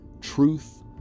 truth